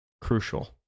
crucial